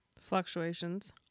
fluctuations